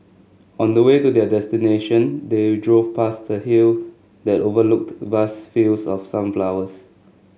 on the way to their destination they drove past the hill that overlooked vast fields of sunflowers